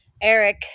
Eric